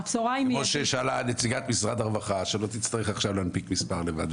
כמו ששאלה נציגת משרד הרווחה שהיא לא תצטרך עכשיו להנפיק מספר לבד,